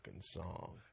song